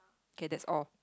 okay that's all